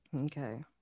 Okay